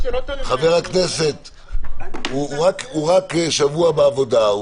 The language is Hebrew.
אין קשר לוותק בעבודה.